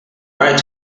right